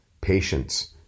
patience